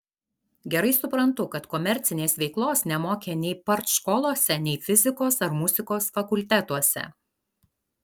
gerai suprantu kad komercinės veiklos nemokė nei partškolose nei fizikos ar muzikos fakultetuose